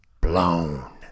blown